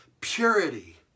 purity